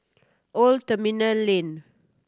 Old Terminal Lane